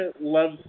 love